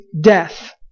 death